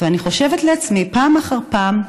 ואני חושבת לעצמי פעם אחר פעם: